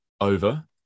over